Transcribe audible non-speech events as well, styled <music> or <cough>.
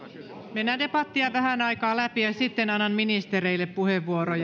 mennään debattia vähän aikaa läpi ja sitten annan ministereille puheenvuoroja <unintelligible>